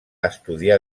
estudiar